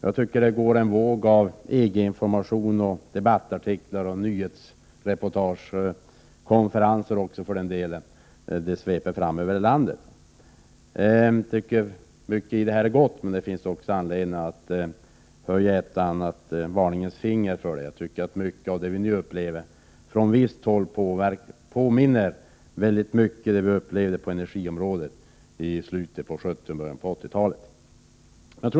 Det sveper fram en våg över landet med information om EG, debattartiklar, nyhetsreportage och även konferenser. Det ligger mycket gott i detta, men det finns också anledning att höja ett varnande finger. En stor del av vad vi nu upplever komma från visst håll påminner mycket om det som vi upplevde på energiområdet under slutet av 1970-talet och början av 1980-talet.